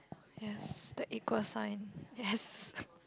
yes the equal sign yes